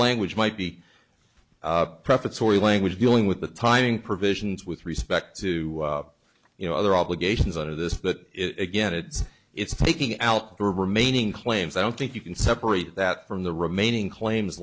language might be prefatory language dealing with the timing provisions with respect to you know other obligations under this that again it's it's taking out the remaining claims i don't think you can separate that from the remaining claims